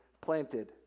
planted